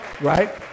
Right